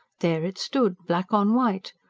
there it stood black on white.